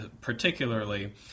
particularly